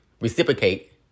reciprocate